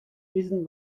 wissen